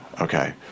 Okay